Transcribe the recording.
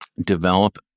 develop